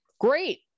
Great